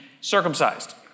circumcised